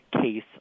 case